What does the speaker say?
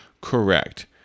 correct